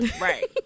Right